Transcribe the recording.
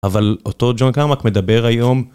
אבל אותו ג'ון קרמק מדבר היום